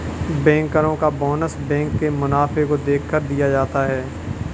बैंकरो का bonus bank के मुनाफे को देखकर दिया जाता है